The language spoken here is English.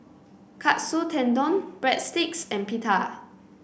Katsu Tendon Breadsticks and Pita